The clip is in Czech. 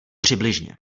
přibližně